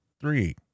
three